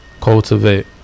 cultivate